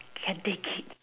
can take it